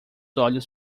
olhos